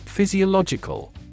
physiological